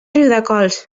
riudecols